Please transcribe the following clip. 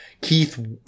Keith